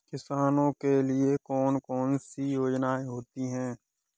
किसानों के लिए कौन कौन सी योजनायें होती हैं?